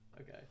Okay